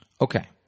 Okay